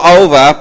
over